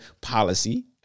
policy